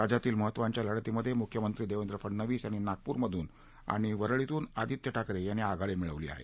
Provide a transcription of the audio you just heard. राज्यातील महत्त्वाच्या लढतींमधे मुख्यमंत्री देवेंद्र फडनवीस यांनी नागपूरमधून आणि वरळीतून आदीत्य ठाकरे यांनी आघाडी मिळवली आहे